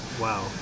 Wow